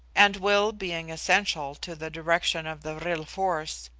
and will being essential to the direction of the vril force,